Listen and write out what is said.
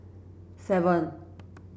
seven